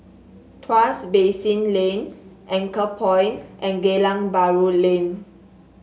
Tuas Basin Lane Anchorpoint and Geylang Bahru Lane